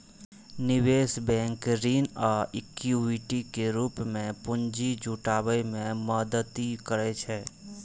निवेश बैंक ऋण आ इक्विटी के रूप मे पूंजी जुटाबै मे मदति करै छै